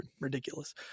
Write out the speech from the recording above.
ridiculous